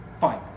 Fine